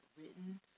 written